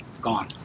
gone